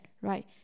right